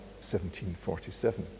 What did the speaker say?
1747